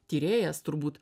tyrėjas turbūt